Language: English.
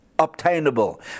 Obtainable